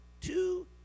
two